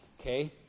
Okay